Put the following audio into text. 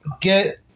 get